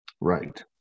Right